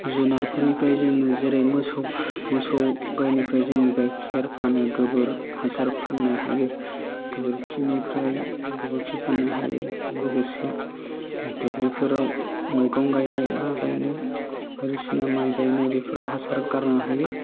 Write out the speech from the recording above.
जुनारफोरनिफ्राय जोङो जेरै मोसौ मोसौ गायनिफ्राय जोङो गायखेर फानो गोबोर हासार फान्नो हायो गोबोर खिनिफ्राय गोबोरखि फान्नो हायो लोगोसे दुब्लिफोराव मैगं गायनाय मा गायनाय बायदिसिना माइ गायनाय बेफोराव हासार गारनो हायो